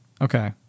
Okay